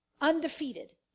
Undefeated